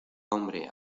hombre